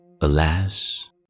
Alas